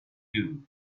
clue